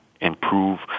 improve